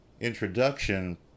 introduction